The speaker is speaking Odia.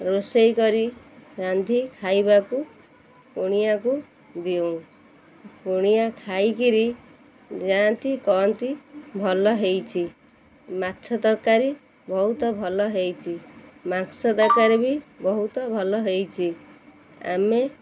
ରୋଷେଇ କରି ରାନ୍ଧି ଖାଇବାକୁ କୁଣିଆକୁ କୁଣିଆ ଖାଇକିରି ଯାଆନ୍ତି କହନ୍ତି ଭଲ ହୋଇଛି ମାଛ ତରକାରୀ ବହୁତ ଭଲ ହେଇଛି ମାଂସ ତରକାରୀ ବି ବହୁତ ଭଲ ହେଇଛି ଆମେ